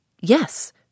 Yes